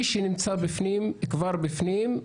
מי שנמצא בפנים כבר בפנים,